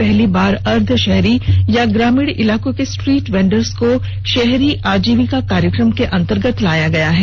पहली बार अर्द्धशहरी या ग्रामीण इलाकों के स्ट्रीट वेंडर्स को शहरी आजीविका कार्यक्रम के अंतर्गत लाया गया है